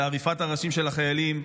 לעריפת הראשים של החיילים,